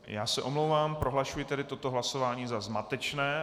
Já se omlouvám, prohlašuji tedy toto hlasování za zmatečné.